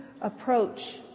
approach